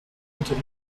unter